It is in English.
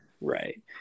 Right